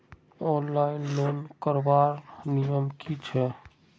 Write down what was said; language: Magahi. ऑनलाइन लोन करवार नियम की छे?